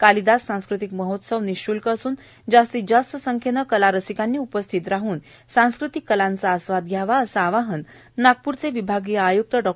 कालीदास सांस्कृतिक महोत्सव निःश्ल्क असून जास्तीत जास्त संख्येने कला रसिकांनी उपस्थित राहन सांस्कृतिक कलेचा आस्वाद घ्यावा असे आवाहन नागपूरचे विभागीय आय्क्त डॉ